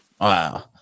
Wow